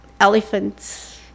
elephants